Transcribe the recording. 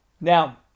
Now